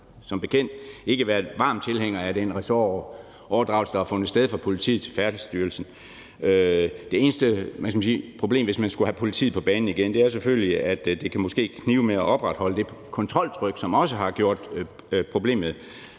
som bekendt ikke været varm tilhænger af den ressortoverdragelse, der har fundet sted, fra politiet til Færdselsstyrelsen. Det eneste problem, hvis man skulle have politiet på banen igen, er selvfølgelig, at det måske kan knibe med at opretholde det kontroltryk, som også har gjort problemet